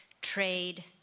trade